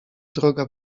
droga